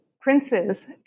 princes